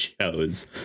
shows